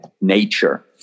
nature